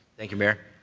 thank you, mayor.